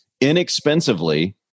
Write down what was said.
inexpensively